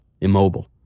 immobile